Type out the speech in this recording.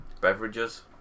beverages